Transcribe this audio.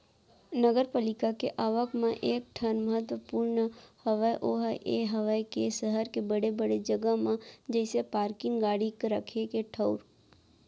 नगरपालिका के आवक म एक ठन महत्वपूर्न हवय ओहा ये हवय के सहर के बड़े बड़े जगा म जइसे पारकिंग गाड़ी रखे के ठऊर